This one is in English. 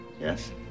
Yes